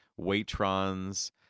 Waitrons